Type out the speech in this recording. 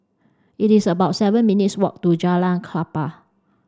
it is about seven minutes' walk to Jalan Klapa